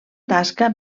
tasca